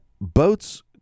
boats